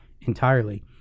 entirely